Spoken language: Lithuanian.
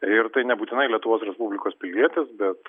ir tai nebūtinai lietuvos respublikos pilietis bet